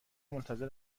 منتظر